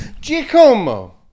Giacomo